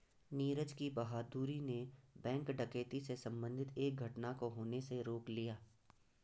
नीरज की बहादूरी ने बैंक डकैती से संबंधित एक घटना को होने से रोक लिया